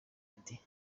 ati